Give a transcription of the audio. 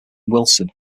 wilson